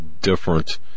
different